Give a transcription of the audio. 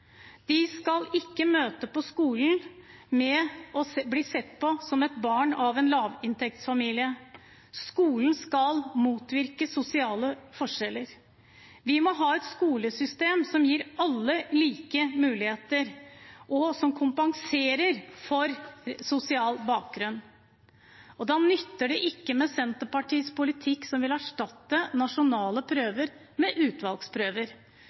De skal ikke møte på skolen og bli sett på som et barn av en lavinntektsfamilie. Skolen skal motvirke sosiale forskjeller. Vi må ha et skolesystem som gir alle like muligheter, og som kompenserer for sosial bakgrunn. Da nytter det ikke med Senterpartiets politikk, som vil at nasjonale prøver skal erstattes med utvalgsprøver,